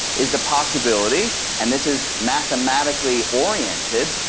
is the possibility, and this is mathematically oriented,